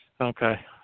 Okay